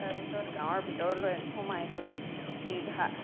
তাৰ পিছত গাঁৱৰ ভিতৰলৈ সোমাই গৈ দীৰ্ঘা